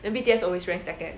then B_T_S always rank second